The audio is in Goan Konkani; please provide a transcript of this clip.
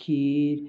खीर